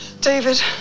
David